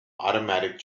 automatic